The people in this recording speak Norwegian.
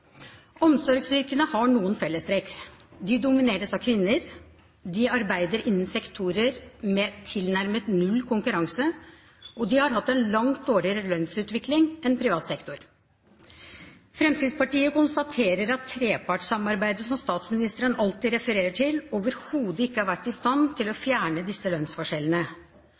Omsorgsyrkene har noen fellestrekk. De domineres av kvinner, de ansatte arbeider innen sektorer med tilnærmet null konkurranse, og de har hatt en langt dårligere lønnsutvikling enn privat sektor. Fremskrittspartiet konstaterer at trepartssamarbeidet, som statsministeren alltid refererer til, overhodet ikke har vært i stand til å fjerne disse lønnsforskjellene.